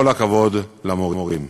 כל הכבוד למורים.